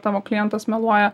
tavo klientas meluoja